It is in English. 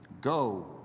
Go